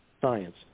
science